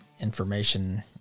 Information